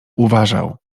uważał